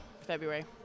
February